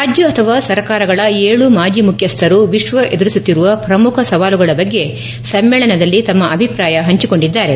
ರಾಜ್ಯ ಅಥವಾ ಸರ್ಕಾರಗಳ ಏಳು ಮಾಜಿ ಮುಖ್ಯಸ್ಥರು ವಿಶ್ವ ಎದುರಿಸುತ್ತಿರುವ ಪ್ರಮುಖ ಸವಾಲುಗಳ ಬಗ್ಗೆ ಸಮ್ಮೇಳನದಲ್ಲಿ ತಮ್ಮ ಅಭಿಪ್ರಾಯ ಪಂಚಿಕೊಂಡಿದ್ದಾರೆ